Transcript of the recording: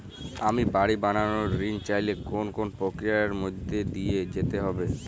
আমি বাড়ি বানানোর ঋণ চাইলে কোন কোন প্রক্রিয়ার মধ্যে দিয়ে যেতে হবে?